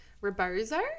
rebozo